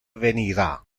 venira